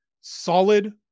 solid